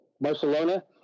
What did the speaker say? Barcelona